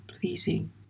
pleasing